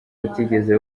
butigeze